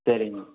சரிம்மா